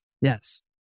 Yes